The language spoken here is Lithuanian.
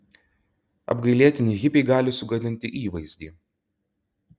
apgailėtini hipiai gali sugadinti įvaizdį